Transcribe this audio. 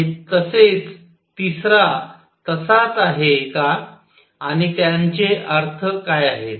आणि तसेच तिसरा तसाच आहे का आणि त्यांचे अर्थ काय आहेत